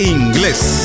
English